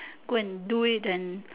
go and do it and